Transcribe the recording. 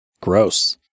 Gross